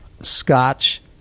scotch